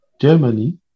Germany